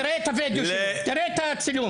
תראה את הווידאו של זה, תראה את הצילום.